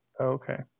okay